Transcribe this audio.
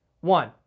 one